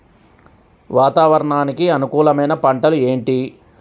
వాతావరణానికి అనుకూలమైన పంటలు ఏంటి?